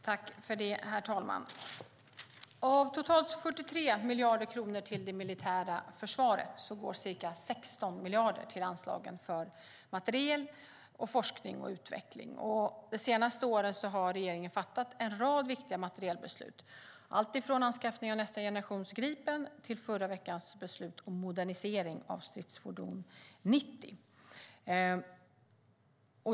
Herr talman! Av totalt 43 miljarder kronor till det militära försvaret går ca 16 miljarder till anslagen för materiel, forskning och utveckling. Det senaste året har regeringen fattat en rad viktiga materielbeslut, alltifrån anskaffning av nästa generation Gripen till förra veckans beslut om modernisering av stridsfordon 90.